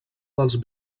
dels